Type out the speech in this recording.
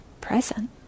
present